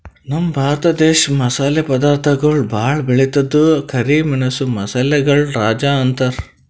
ನಮ್ ಭರತ ದೇಶ್ ಮಸಾಲೆ ಪದಾರ್ಥಗೊಳ್ ಭಾಳ್ ಬೆಳಿತದ್ ಕರಿ ಮೆಣಸ್ ಮಸಾಲೆಗಳ್ ರಾಜ ಅಂತಾರ್